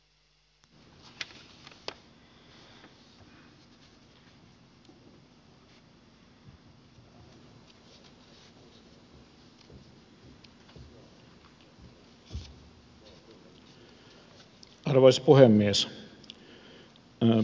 arvoisa puhemies